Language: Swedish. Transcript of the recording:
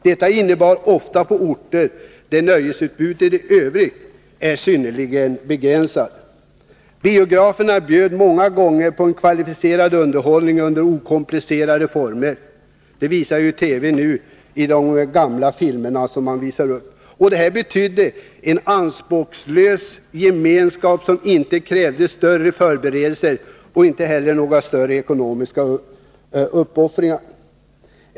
Detta skedde ofta på orter där nöjesutbudet i övrigt var synnerligen begränsat. Biograferna bjöd många gånger på en kvalificerad underhållning under okomplicerade former. Det visar TV nu genom att spela upp gamla filmer. Det här betydde en anspråkslös gemenskap som inte krävde några större förberedelser och inte heller några större ekonomiska uppoffringar.